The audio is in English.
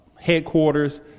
headquarters